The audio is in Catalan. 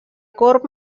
corb